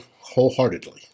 wholeheartedly